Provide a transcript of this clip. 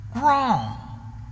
wrong